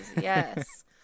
yes